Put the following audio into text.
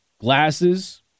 glasses